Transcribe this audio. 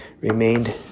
remained